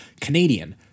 Canadian